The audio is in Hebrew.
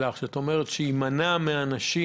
זאת אומרת שזה ימנע מאנשים